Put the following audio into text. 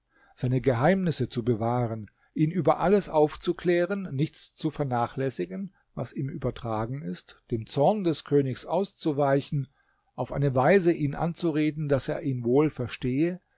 seine geheimnisse zu bewahren ihn über alles aufzuklären nichts zu vernachlässigen was ihm übertragen ist dem zorn des königs auszuweichen auf eine weise ihn anzureden daß er ihn wohl verstehe